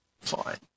Fine